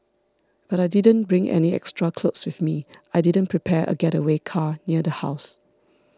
but I didn't bring any extra clothes with me I didn't prepare a getaway car near the house